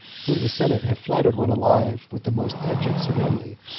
whom the senate had flattered when alive with the most abject servility,